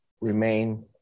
remain